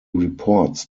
reports